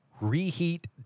reheat